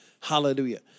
Hallelujah